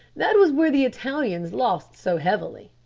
that was where the italians lost so heavily.